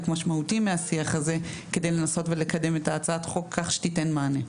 משמעותי מהשיח הזה כדי לנסות ולקדם את הצעת החוק כך שתיתן מענה.